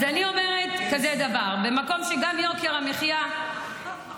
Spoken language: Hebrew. אז אני אומרת כזה דבר: במקום שגם יוקר המחיה מאמיר,